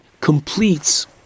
completes